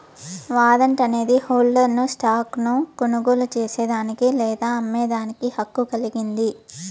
warrant అనేది హోల్డర్ను stock ను కొనుగోలు చేసేదానికి లేదా అమ్మేదానికి హక్కు కలిగింది